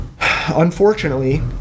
unfortunately